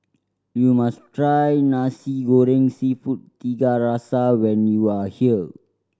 you must try Nasi Goreng Seafood Tiga Rasa when you are here